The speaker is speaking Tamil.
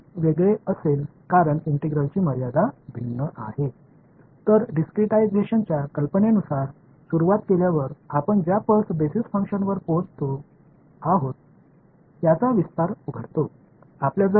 எனவே பல்ஸ் அடிப்படையிலான செயல்பாடுகளைத் தேர்ந்தெடுப்பதன் மூலம் டிஸ்கிரிட்டிஸேஸன் யோசனையுடன் தொடங்கி விரிவாக்கத்தைத் திறக்கிறோம்நமக்கு என்ன கிடைத்தது நமக்கு ஒரு சமன்பாடு உள்ளது